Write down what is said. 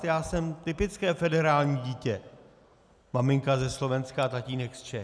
Já jsem typické federální dítě, maminka ze Slovenska a tatínek z Čech.